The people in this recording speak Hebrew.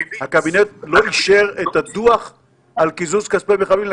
הקבינט לא אישר את הדוח על קיזוז כספי מחבלים,